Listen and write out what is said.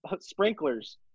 sprinklers